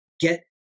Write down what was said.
get